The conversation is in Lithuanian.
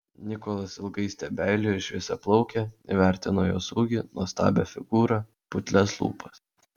nikolas ilgai stebeilijo į šviesiaplaukę įvertino jos ūgį nuostabią figūrą putlias lūpas